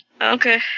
Okay